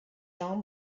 jean